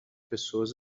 pessoas